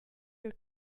your